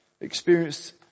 experienced